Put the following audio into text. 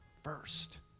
first